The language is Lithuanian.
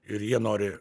ir jie nori